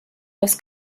los